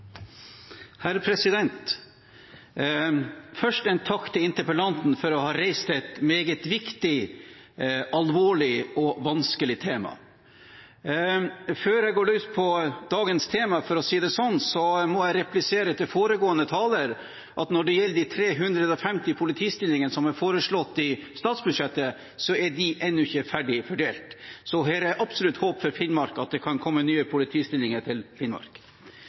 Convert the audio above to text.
Først en takk til interpellanten for å ha reist et meget viktig, alvorlig og vanskelig tema. Før jeg går løs på dagens tema, for å si det sånn, må jeg replisere til foregående taler at når det gjelder de 350 politistillingene som er foreslått i statsbudsjettet, er de ennå ikke ferdig fordelt. Så her er det absolutt håp om at det kan komme nye politistillinger til Finnmark.